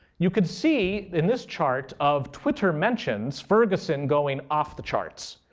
you can see in this chart of twitter mentions ferguson going off the charts.